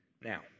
Now